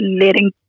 letting